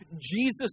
Jesus